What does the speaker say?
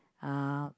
uh